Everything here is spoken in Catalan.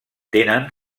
tenen